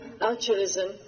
altruism